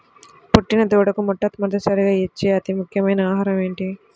పుట్టిన దూడకు మొట్టమొదటిసారిగా ఇచ్చే అతి ముఖ్యమైన ఆహారము ఏంటి?